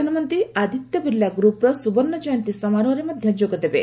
ପ୍ରଧାନମନ୍ତ୍ରୀ ଆଦିତ୍ୟ ବିର୍ଲା ଗ୍ରପ୍ର ସୁବର୍ଣ୍ଣ ଜୟନ୍ତୀ ସମାରୋହରେ ମଧ୍ୟ ଯୋଗ ଦେବେ